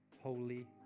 holy